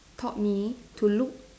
taught me to look